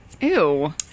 Ew